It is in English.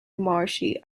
marshy